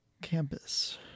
campus